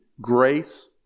Grace